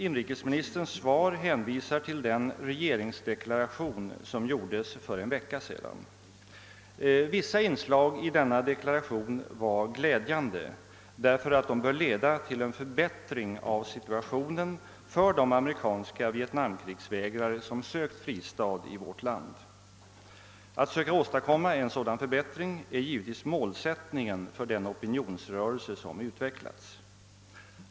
Inrikesministern hänvisar i sitt svar till den regeringsdeklaration som avgavs för en vecka sedan. Vissa inslag i den deklarationen var glädjande, därför att de bör leda till en förbättring av situationen för de amerikanska vietnamkrigsvägrare som sökt fristad i vårt land. Att söka åstadkomma en sådan förbättring är givetvis målsättningen för den opinionsrörelse som utvecklats.